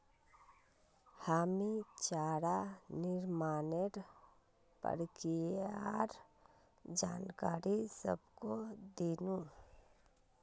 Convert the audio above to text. हामी चारा निर्माणेर प्रक्रियार जानकारी सबाहको दिनु